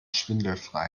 schwindelfrei